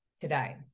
today